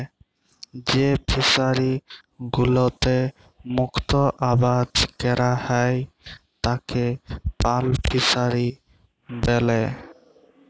যেই ফিশারি গুলোতে মুক্ত আবাদ ক্যরা হ্যয় তাকে পার্ল ফিসারী ব্যলে